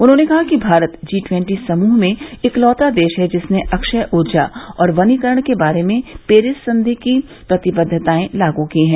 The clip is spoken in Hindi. उन्होंने कहा कि भारत जी टवन्टी समूह में इकलौता देश है जिसने अक्षय ऊर्जा और वनीकरण के बारे में पेरिस संधि की प्रतिबद्धताएं लागू की हैं